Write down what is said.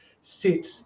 sit